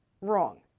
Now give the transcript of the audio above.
Wrong